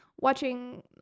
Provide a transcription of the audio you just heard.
watching